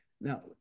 Now